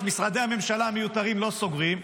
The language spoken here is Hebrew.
את משרדי הממשלה המיותרים לא סוגרים,